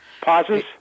Pauses